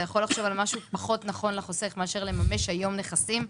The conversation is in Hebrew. ואתה יכול לחשוב על משהו פחות נכון לחוסך מאשר לממש היום נכסים?